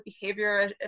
behavior